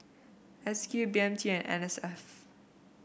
S Q B M T and N S F